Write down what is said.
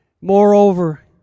Moreover